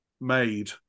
made